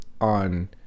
on